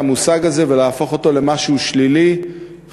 המושג הזה ולהפוך אותו למשהו שלילי,